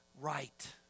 right